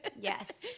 Yes